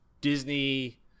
Disney